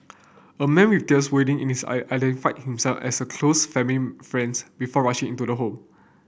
a man with tears welling in the eye identified himself as a close family friends before rushing into the home